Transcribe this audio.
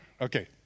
Okay